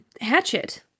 Hatchet